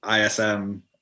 ISM